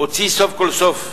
הוציא סוף כל סוף,